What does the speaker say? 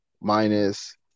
minus